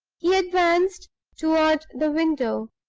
he advanced toward the window,